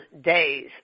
days